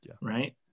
right